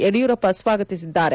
ಯಡಿಯೂರಪ್ಪ ಸ್ವಾಗತಿಸಿದ್ದಾರೆ